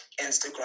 instagram